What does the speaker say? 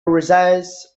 resides